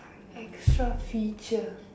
extra feature